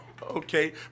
Okay